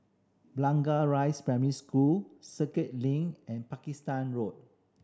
Blangah Rise Primary School Circuit Link and Pakistan Road